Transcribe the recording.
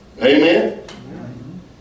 Amen